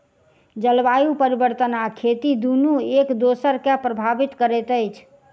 जलवायु परिवर्तन आ खेती दुनू एक दोसरा के प्रभावित करैत अछि